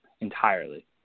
entirely